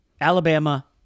Alabama